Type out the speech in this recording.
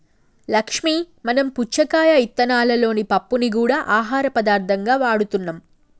లక్ష్మీ మనం పుచ్చకాయ ఇత్తనాలలోని పప్పుని గూడా ఆహార పదార్థంగా వాడుతున్నాం